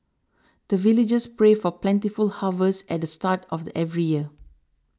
the villagers pray for plentiful harvest at the start of every year